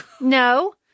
No